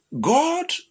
God